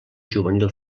juvenil